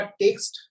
text